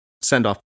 send-off